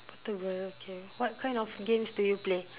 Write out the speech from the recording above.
portable okay what kind of games do you play